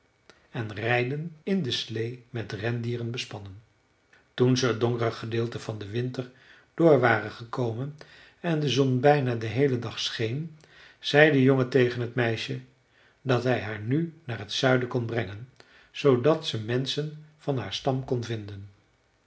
en rijden in de slee met rendieren bespannen toen ze het donkere gedeelte van den winter door waren gekomen en de zon bijna den heelen dag scheen zei de jongen tegen t meisje dat hij haar nu naar het zuiden kon brengen zoodat ze menschen van haar stam kon vinden